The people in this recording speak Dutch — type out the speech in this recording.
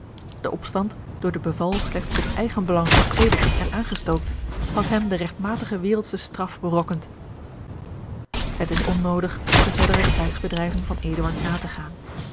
de opstand door de beval slechts tot eigenbelang gepredikt en aangestookt had hem de regtmatige wereldsche straf berokkend het is onnoodig de verdere krijgsbedrijven van eduard na te gaan